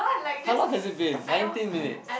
how long has it been nineteen minutes